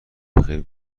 بخیر